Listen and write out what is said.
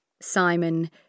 Simon